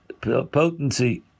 potency